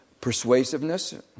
persuasiveness